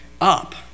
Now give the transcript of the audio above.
up